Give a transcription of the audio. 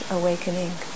awakening